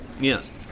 Yes